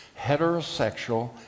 heterosexual